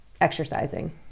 exercising